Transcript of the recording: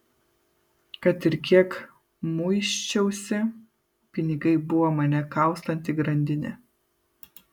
kad ir kiek muisčiausi pinigai buvo mane kaustanti grandinė